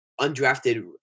undrafted